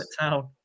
town